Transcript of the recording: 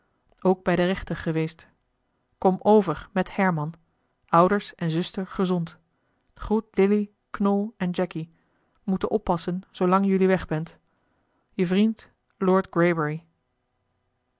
ook bij den rechter geweest kom over met herman ouders en zuster gezond groet dilly knol en jacky moeten oppassen zoolang jullie weg bent je vriend lord